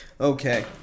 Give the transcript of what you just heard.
Okay